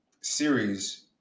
series